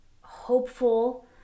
hopeful